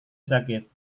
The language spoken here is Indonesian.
sakit